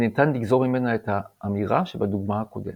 וניתן לגזור ממנה את האמירה שבדוגמה הקודמת.